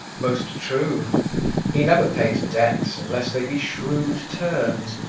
most true he never pays debts unless they be shrewd turns,